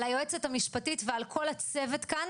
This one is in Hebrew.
על היועצת המשפטית ועל כל הצוות כאן.